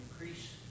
increase